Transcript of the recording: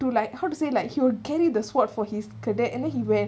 to like how to say like he will carry the sword for his cadet and then he where